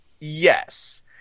yes